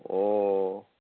অঁ